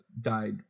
died